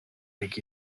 leak